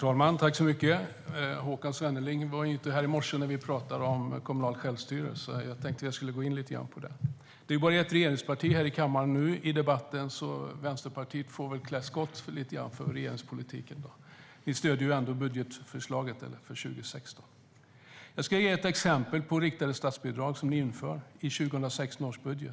Herr talman! Håkan Svenneling var inte här i morse när vi talade om kommunalt självstyre. Därför tänker jag komma in lite grann på det. Det är bara ett regeringsparti som är närvarande i kammaren. Därför får Vänsterpartiet klä lite skott för regeringspolitiken. Ni stöder ändå budgetförslaget för 2016, Håkan Svenneling. Jag ska ge exempel på riktade statsbidrag som ni inför i 2016 års budget.